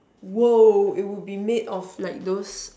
!whoa! it would be made of like those